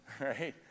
right